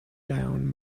down